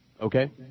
Okay